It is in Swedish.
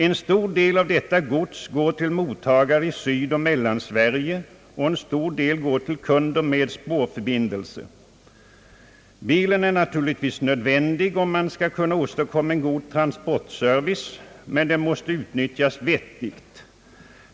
En stor del av detta gods går till mottagare i Sydoch Mellansverige och en stor del går till kunder med spårförbindelse.» »Bilen är», fortsätter Signalen, »naturligtvis nödvändig om man skall kunna åstadkomma en god transportservice, men den måste nyttjas vettigt.